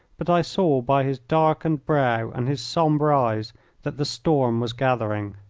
but i saw by his darkened brow and his sombre eyes that the storm was gathering.